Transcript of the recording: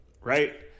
right